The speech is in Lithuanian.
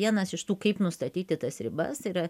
vienas iš tų kaip nustatyti tas ribas yra